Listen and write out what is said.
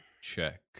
check